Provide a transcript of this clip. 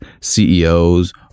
CEOs